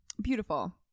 Beautiful